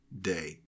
day